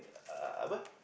uh apa